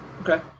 Okay